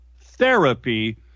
therapy